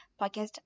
podcast